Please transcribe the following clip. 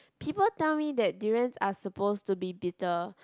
people tell me that durians are supposed to be bitter